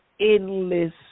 endless